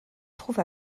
trouve